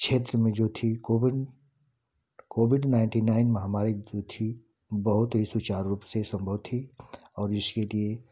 क्षेत्र में जो थी कोविड कोविड नाइन्टी नाईन महामारी जो थी बहुत ही सुचारु रूप से सम्भव थी और इसके लिए